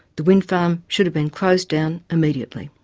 the wind farm should have been closed down immediately.